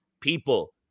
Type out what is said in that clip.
People